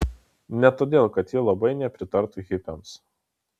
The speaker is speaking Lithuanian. ne todėl kad ji labai nepritartų hipiams